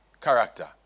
character